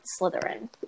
Slytherin